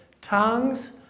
tongues